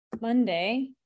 Monday